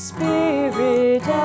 Spirit